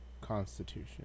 constitution